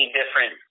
different